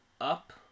up